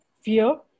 fear